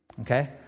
Okay